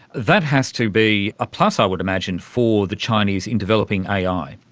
that has to be a plus i would imagine for the chinese in developing ai.